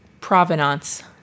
Provenance